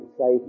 say